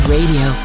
Radio